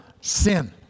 sin